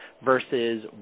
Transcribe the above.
versus